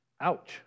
Ouch